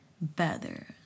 better